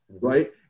right